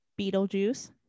Beetlejuice